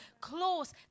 close